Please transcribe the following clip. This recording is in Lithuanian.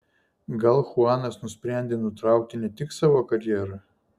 gal chuanas nusprendė nutraukti ne tik savo karjerą